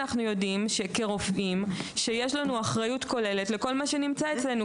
אנחנו יודעים כרופאים שיש לנו אחריות כוללת לכל מה שנמצא אצלנו.